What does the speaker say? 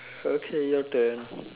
okay your turn